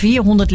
400